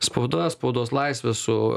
spauda spaudos laisve su